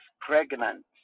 pregnant